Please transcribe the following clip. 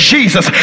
Jesus